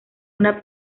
una